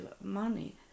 money